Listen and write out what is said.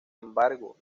embargo